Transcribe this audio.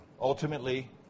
Ultimately